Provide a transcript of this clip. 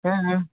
হ্যাঁ হ্যাঁ